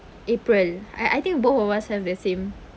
april I I think both of us have the same